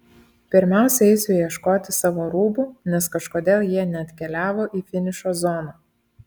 pirmiausia eisiu ieškoti savo rūbų nes kažkodėl jie neatkeliavo į finišo zoną